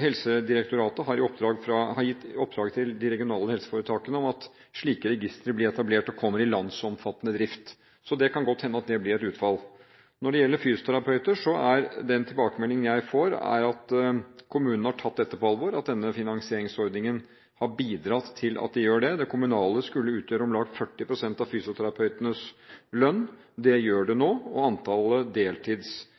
Helsedirektoratet har gitt oppdraget til de regionale helseforetakene om at slike registre blir etablert og kommer i landsomfattende drift. Så det kan godt hende at det blir et utfall. Når det gjelder fysioterapeuter, er den tilbakemeldingen jeg får, at kommunene har tatt dette på alvor, og at denne finansieringsordningen har bidratt til at de gjør det. Det kommunale skulle utgjøre om lag 40 pst. av fysioterapeutenes lønn. Det gjør det nå, og antallet